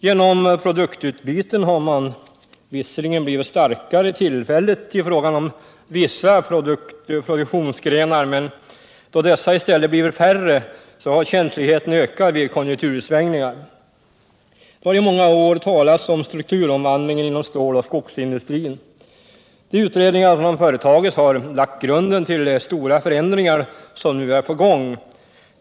Genom produktutbyten har man visserligen blivit starkare tillfälligt i fråga om vissa produktionsgrenar, men då dessa i stället blivit färre har känsligheten ökat vid konjunktursvängningar. : Det har i många år talats om strukturomvandlingen inom ståloch skogsindustrin. Utredningarna som företagits har lagt grunden till de stora förändringar som nu är på gång.